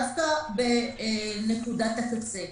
דווקא בנקודת הקצה.